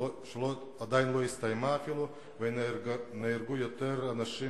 היא עדיין לא הסתיימה וכבר נהרגו יותר אנשים